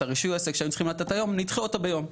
את רישוי העסק שהיינו צריכים לתת היום נדחה אותו ביום.